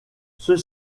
ceux